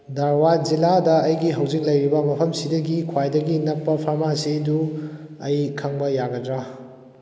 ꯙꯔꯋꯥꯠ ꯖꯤꯂꯥꯗ ꯑꯩꯒꯤ ꯍꯧꯖꯤꯛ ꯂꯩꯔꯤꯕ ꯃꯐꯝꯁꯤꯗꯒꯤ ꯈ꯭ꯋꯥꯏꯗꯒꯤ ꯅꯛꯄ ꯐꯥꯔꯃꯥꯁꯤꯗꯨ ꯑꯩ ꯈꯪꯕ ꯌꯥꯒꯗ꯭ꯔꯥ